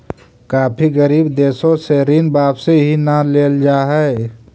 काफी गरीब देशों से ऋण वापिस ही न लेल जा हई